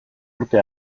urte